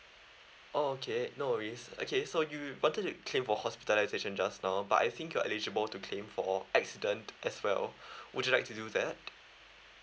oh okay no worries okay so you wanted claim for hospitalisation just now but I think you're eligible to claim for accident as well would you like to do that